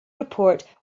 report